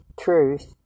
truth